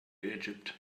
egypt